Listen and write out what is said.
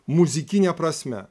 muzikine prasme